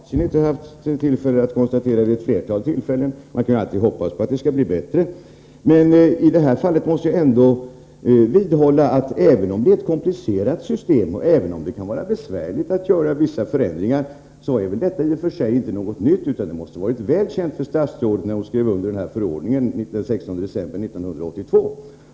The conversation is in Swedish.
Herr talman! Ja, att antagningssystemet är vansinnigt har jag konstaterat vid ett flertal tillfällen. Man kan ju alltid hoppas att det skall bli bättre. I det här fallet måste jag ändå vidhålla att även om det är ett komplicerat system och även om det kan vara besvärligt att göra vissa förändringar, så är detta i och för sig inte något nytt. Det måste ha varit väl känt för statsrådet, då hon skrev under förordningen den 16 december 1982.